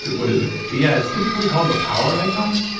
what is it? yeah, it's typically called the power icon,